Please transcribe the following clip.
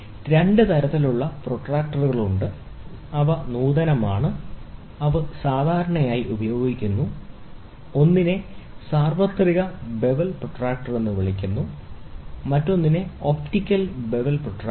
രണ്ട് തരത്തിലുള്ള പ്രൊട്ടക്ടറുകളുണ്ട് അവ നൂതനമാണ് അവ സാധാരണയായി ഉപയോഗിക്കുന്നു ഒന്നിനെ സാർവത്രിക ബെവൽ പ്രൊട്ടക്ടർ എന്ന് വിളിക്കുന്നു മറ്റൊന്ന് ഒപ്റ്റിക്കൽ ബെവൽ പ്രൊട്ടക്റ്റർ